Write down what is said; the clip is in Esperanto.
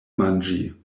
manĝi